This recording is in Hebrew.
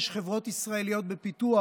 יש חברות ישראליות בפיתוח,